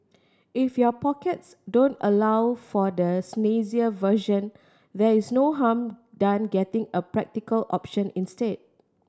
if your pockets don't allow for the snazzier version there is no harm done getting a practical option instead